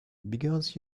because